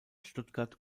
stuttgart